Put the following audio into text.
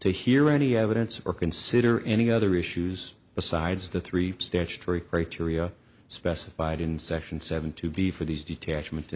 to hear any evidence or consider any other issues besides the three statutory criteria specified in session seven to be for these detachment